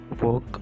work